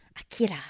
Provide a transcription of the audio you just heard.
Akira